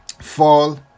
fall